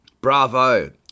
Bravo